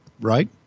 right